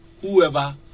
whoever